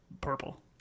purple